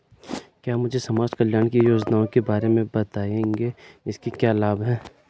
क्या मुझे समाज कल्याण की योजनाओं के बारे में बताएँगे इसके क्या लाभ हैं?